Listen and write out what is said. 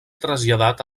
traslladat